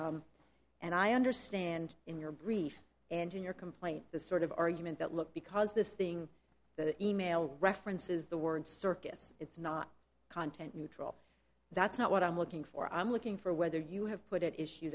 and i understand in your brief and in your complaint this sort of argument that look because this thing that e mail references the word circus it's not content neutral that's not what i'm looking for i'm looking for whether you have put it issue